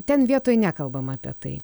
ten vietoj nekalbama apie tai